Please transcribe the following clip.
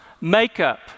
makeup